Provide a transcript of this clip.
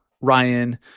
Ryan